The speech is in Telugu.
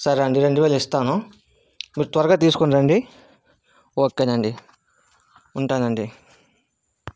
సరే అండి రెండు వేలు ఇస్తాను మీరు త్వరగా తీసుకొని రండి ఓకే నండి ఉంటాను అండి